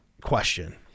question